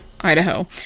Idaho